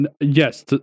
yes